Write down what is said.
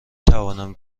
توانم